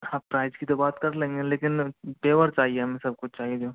हाँ प्राइज की तो बात कर लेंगे लेकिन पेवर चाहिए हमें सब कुछ चाहिए